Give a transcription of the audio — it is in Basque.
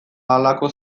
halako